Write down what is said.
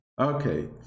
Okay